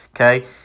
okay